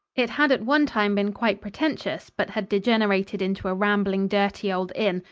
it had at one time been quite pretentious, but had degenerated into a rambling, dirty, old inn,